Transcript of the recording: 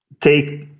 take